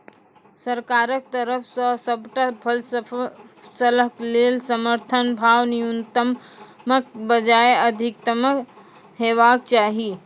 सरकारक तरफ सॅ सबटा फसलक लेल समर्थन भाव न्यूनतमक बजाय अधिकतम हेवाक चाही?